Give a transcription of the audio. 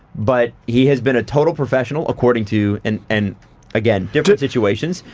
but he has been a total professional, according to, and and again different situations,